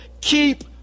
keep